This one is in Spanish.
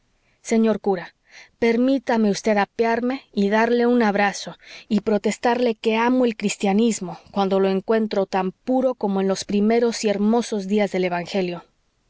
señor cura permítame vd apearme y darle un abrazo y protestarle que amo el cristianismo cuando lo encuentro tan puro como en los primeros y hermosos días del evangelio